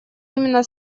именно